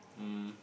um